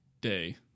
day